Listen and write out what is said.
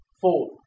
four